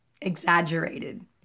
exaggerated